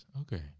okay